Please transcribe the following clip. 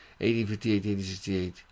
1858-1868